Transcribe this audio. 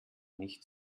nicht